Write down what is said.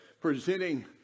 presenting